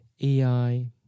AI